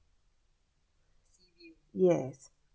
yes